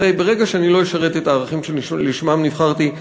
הרי ברגע שאני לא אשרת את הערכים שלשמם נבחרתי,